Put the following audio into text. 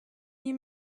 die